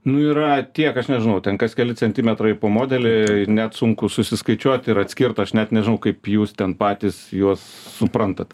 nu yra tiek aš nežinau ten kas keli centimetrai po modelį net sunku susiskaičiuoti ir atskirt aš net nežinau kaip jūs ten patys juos suprantat